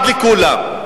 דין אחד לכולם.